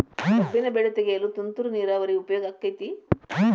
ಕಬ್ಬಿನ ಬೆಳೆ ತೆಗೆಯಲು ತುಂತುರು ನೇರಾವರಿ ಉಪಯೋಗ ಆಕ್ಕೆತ್ತಿ?